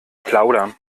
plaudern